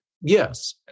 Yes